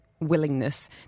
willingness